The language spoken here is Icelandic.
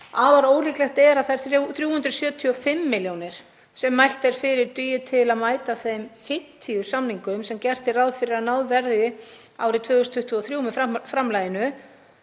Afar ólíklegt er því að þær 375 milljónir sem mælt er fyrir dugi til að mæta þeim 50 samningum sem gert er ráð fyrir að náð verði árið 2023 með framlaginu.